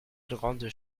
grandes